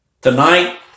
Tonight